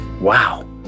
Wow